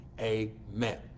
amen